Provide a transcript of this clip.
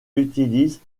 utilisent